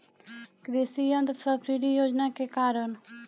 कृषि यंत्र सब्सिडी योजना के कारण?